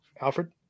Alfred